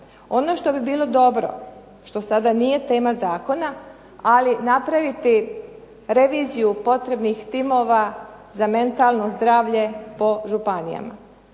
Ono što bi bilo dobro što sada nije tema zakona, ali napraviti reviziju potrebnih timova za mentalno zdravlje po županijama.